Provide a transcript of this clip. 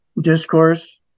discourse